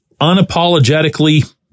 Unapologetically